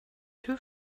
two